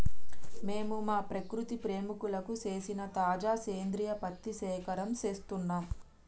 మేము మా ప్రకృతి ప్రేమికులకు సేసిన తాజా సేంద్రియ పత్తి సేకరణం సేస్తున్నం